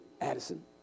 Addison